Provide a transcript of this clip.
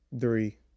three